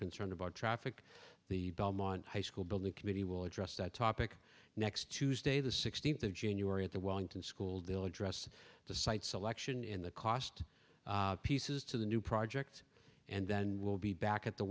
concerned about traffic the belmont high school building committee will address that topic next tuesday the sixteenth of january at the wellington school dillard dress the site selection in the cost pieces to the new project and then we'll be back at the